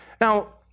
Now